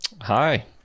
Hi